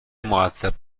مودب